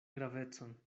gravecon